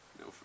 No